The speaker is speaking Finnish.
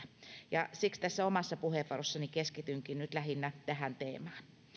ja siksi tässä omassa puheenvuorossani keskitynkin nyt lähinnä tähän teemaan